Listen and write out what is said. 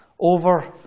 over